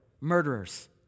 murderers